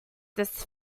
this